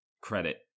credit